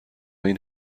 این